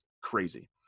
crazy